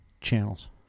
channels